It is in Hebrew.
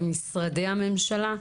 על משרדי הממשלה.